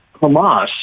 Hamas